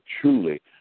truly